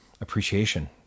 appreciation